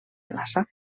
plaça